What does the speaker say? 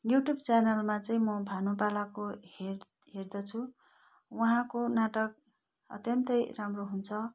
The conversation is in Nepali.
युट्युब च्यानलमा चाहिँ म भानु पालाको हेर् हेर्दछु उहाँको नाटक अत्यन्तै राम्रो हुन्छ